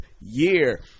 year